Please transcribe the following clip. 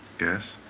Yes